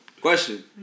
question